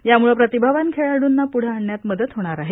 याम्ळं प्रतिभावान खेळाडूंना प्ढे आणण्यात मदत होणार आहे